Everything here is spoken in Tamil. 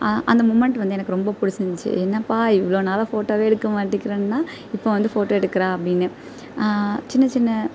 அந்த முமண்ட் வந்து எனக்கு ரொம்ப புடிச்சிருந்துச்சி என்னப்பா இவ்வளோ நாளாக போட்டோவே எடுக்க மாட்டேங்கிறன்னா இப்போது வந்து போட்டோ எடுக்கிறா அப்படினு சின்ன சின்ன